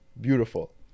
beautiful